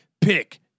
pick